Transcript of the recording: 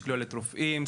שכוללת רופאים,